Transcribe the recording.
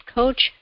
coach